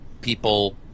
people